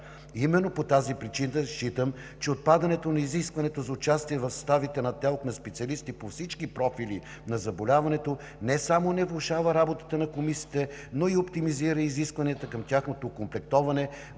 Именно по тази причина считам, че отпадането на изискването за участие в съставите на ТЕЛК на специалисти по всички профили на заболяването не само не влошава работата на комисиите, но и оптимизира изискванията към тяхното окомплектоване